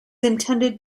intended